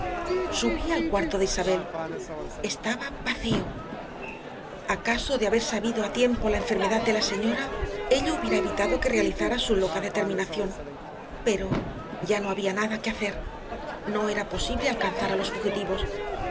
subí al cuarto de isabel estaba vacío acaso de haber sabido a tiempo la enfermedad de la señora ello hubiera evitado que realizara su loca determinación pero ya no había nada que hacer no era posible alcanzar a los